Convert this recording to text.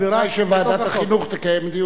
אולי שוועדת החינוך תקיים דיון על זה.